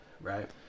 Right